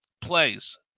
plays